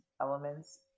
elements